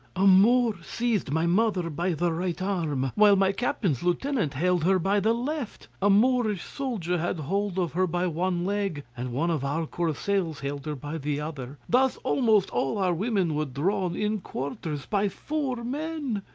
a moor seized my mother by the right arm, while my captain's lieutenant held her by the left a moorish soldier had hold of her by one leg, and one of our corsairs held her by the other. thus almost all our women were drawn in quarters by four men.